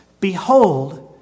behold